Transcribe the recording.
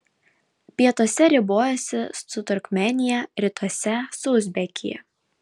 pietuose ribojasi su turkmėnija rytuose su uzbekija